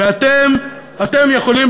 ואתם יכולים,